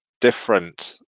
different